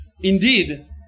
indeed